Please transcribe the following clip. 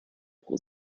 pro